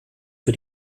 für